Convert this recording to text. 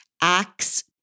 acts